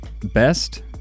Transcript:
best